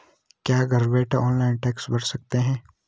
क्या घर बैठे ऑनलाइन टैक्स भरा जा सकता है?